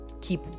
keep